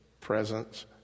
presence